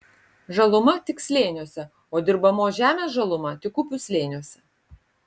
žaluma tik slėniuose o dirbamos žemės žaluma tik upių slėniuose